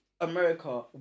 America